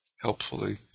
helpfully